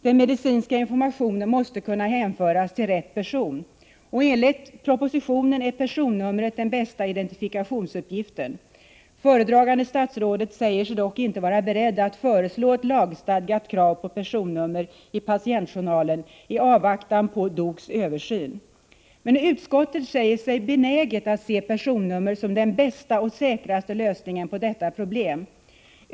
Den medicinska informationen måste kunna hänföras till rätt person. Enligt propositionen är personnumret den bästa identifikationsuppgiften. Föredragande statsrådet säger sig dock inte vara beredd att föreslå ett lagstadgat krav på personnummer i patientjournaler i avvaktan på DOK:s översyn. Utskottet säger sig benäget att se personnummer som den bästa och säkraste lösningen på detta problem.